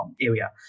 area